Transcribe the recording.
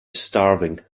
starving